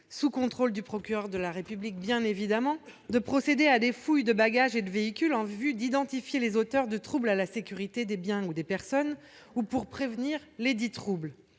sous contrôle du procureur de la République, bien évidemment, à des fouilles de bagages et de véhicules en vue d'identifier les auteurs d'atteintes à la sécurité des biens ou des personnes ou pour prévenir lesdites atteintes.